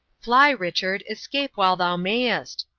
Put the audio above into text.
fly, richard escape while thou mayest!